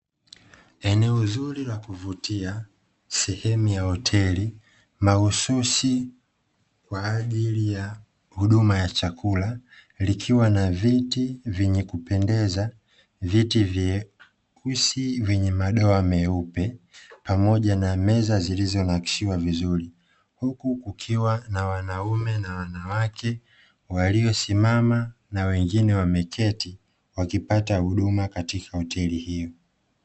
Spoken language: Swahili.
Eneo zuri la kuvutia sehemu ya hoteli mahususi kwa ajili ya huduma ya chakula likiwa na viti vyenye kupendeza, viti vyeusi vyenye madoa meupe pamoja na meza zilizonakshiwa vizuri huku kukiwa na wanaume na wanawake waliosimama na wengine wameketi wakipata huduma katika hoteli hiyo.